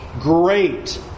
great